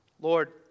Lord